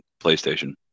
PlayStation